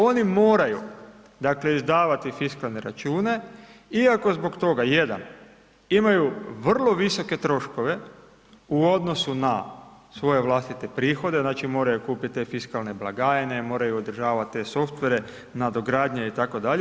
Oni moraju, dakle, izdavati fiskalne račune iako zbog toga, jedan, imaju vrlo visoke troškove u odnosu na svoje vlastite prihode, znači, moraju kupit te fiskalne blagajne, moraju održavat te softwere, nadogradnja itd.